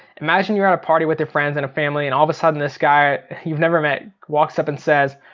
imagine you're at a party with your friends and family and all of a sudden this guy you've never met walks up and says,